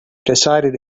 decided